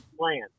plan